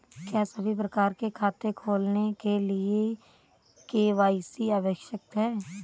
क्या सभी प्रकार के खाते खोलने के लिए के.वाई.सी आवश्यक है?